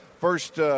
first